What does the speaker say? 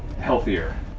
healthier